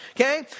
okay